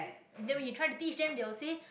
then when you try to teach them they will say